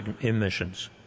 emissions